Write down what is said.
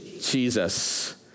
Jesus